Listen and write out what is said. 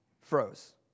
froze